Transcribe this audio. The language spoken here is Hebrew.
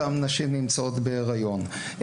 אותן נשים נמצאות בהריון,